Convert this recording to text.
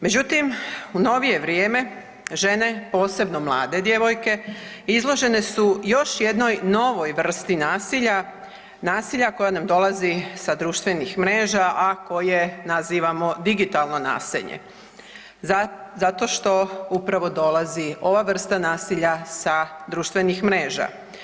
Međutim, u novije vrijeme, žene, posebno mlade djevojke izložene su još jednoj novoj vrsti nasilja, nasilja koja nam dolazi sa društvenih mreža, a koje nazivamo digitalno nasilje za, zato što upravo dolazi ova vrsta nasilja sa društvenih mreža.